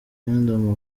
kingdom